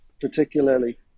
particularly